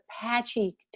patchy